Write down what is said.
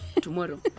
tomorrow